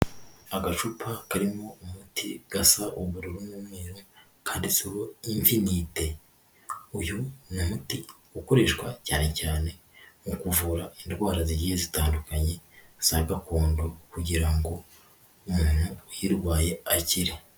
Agacupa karimo umuti gasa ubururu n'umweru kandi infinite, uyu ni umuti ukoreshwa cyane cyane mu kuvura indwara zigiye zitandukanye zagakondo kugira ngo umuntu uyirwaye akire.